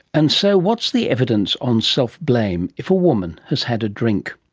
and so what's the evidence on self-blame if a woman has had a drink?